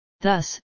Thus